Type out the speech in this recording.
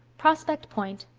prospect point,